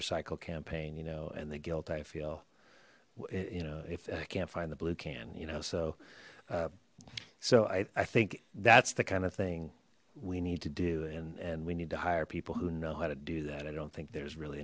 recycle campaign you know and the guilt i feel you know if i can't find the blue can you know so so i think that's the kind of thing we need to do and and we need to hire people who know how to do that i don't think there's really